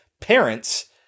parents